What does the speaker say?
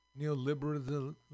neoliberalism